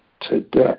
today